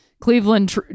Cleveland